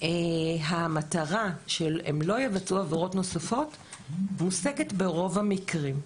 המטרה שהם לא יבצעו עבירות נוספות מושגת ברוב המקרים.